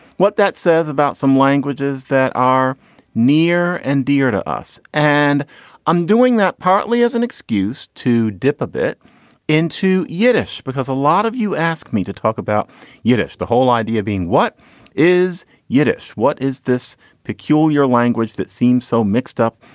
what that says about some languages that are near and dear to us. and i'm doing that partly as an excuse to dip a bit into yiddish, because a lot of you ask me to talk about yiddish. the whole idea of being what is yiddish, what is this peculiar language that seems so mixed up?